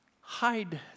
hide